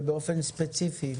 ובאופן ספציפי,